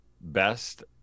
Best